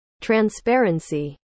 transparency